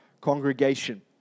congregation